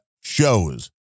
shows